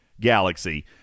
Galaxy